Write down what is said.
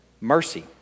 mercy